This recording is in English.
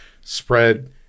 spread